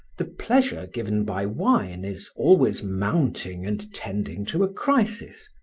the pleasure given by wine is always mounting and tending to a crisis,